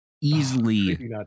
easily